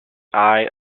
eye